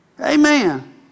Amen